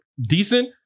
decent